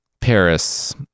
Paris